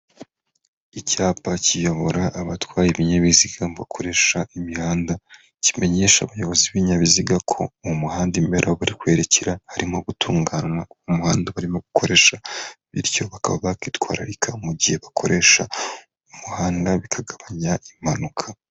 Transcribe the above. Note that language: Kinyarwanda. Icyapa kiyobora abatwaye ibinyabiziga bakoresha imihanda, kimenyesha abayobozi b'ibinyabiziga ko mu muhanda imbere aho bari kwerekera harimo gutunganywa umuhanda barimo gukoresha, bityo bakaba bakwitwararika mu gihe bakoresha umuhanda bikagabanya impanuka.